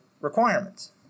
requirements